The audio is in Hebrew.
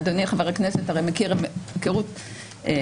אדוני חבר הכנסת הרי מכיר בהיכרות מעמיקה.